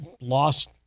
lost